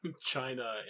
china